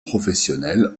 professionnel